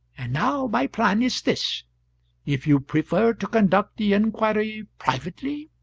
and now my plan is this if you prefer to conduct the inquiry privately,